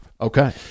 Okay